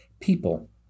people